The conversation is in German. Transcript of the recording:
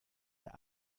der